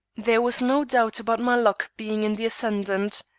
there was no doubt about my luck being in the ascendant.